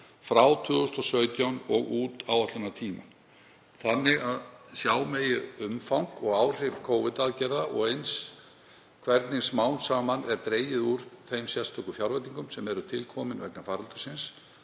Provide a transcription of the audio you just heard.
frá 2017 og út áætlunartímann þannig að sjá megi umfang og áhrif Covid-aðgerða og eins hvernig smám saman er dregið úr þeim sérstöku fjárveitingum sem eru til komnar vegna faraldursins